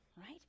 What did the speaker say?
right